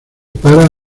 para